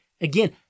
Again